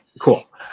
Cool